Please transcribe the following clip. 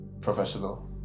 Professional